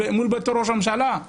מול בית ראש הממשלה.